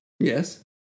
Yes